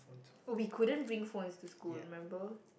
oh we couldn't bring phones to school remember